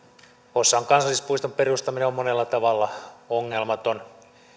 hossan kansallispuiston perustaminen on monella tavalla ongelmaton